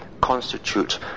constitute